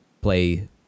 play